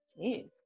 Jeez